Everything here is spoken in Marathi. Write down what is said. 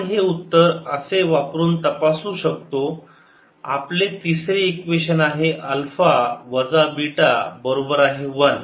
आपण हे उत्तर असे वापरून तपासू शकतो आपले तिसरे इक्वेशन आहे अल्फा वजा बीटा बरोबर आहे 1